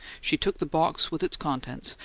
she took the box with its contents,